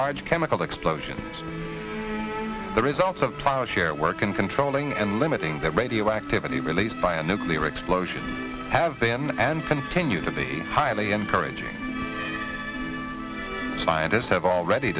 large chemical explosion the results of power here work in controlling and limiting the radioactivity released by a nuclear explosion have been and continue to be highly encourage it scientists have already